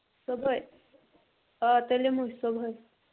صبُحٲے آ تیٚلہِ یِمَو أسۍ صبُحٲے